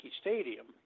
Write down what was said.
Stadium